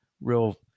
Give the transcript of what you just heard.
real